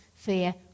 Fear